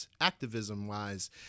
activism-wise